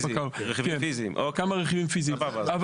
כלומר,